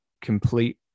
complete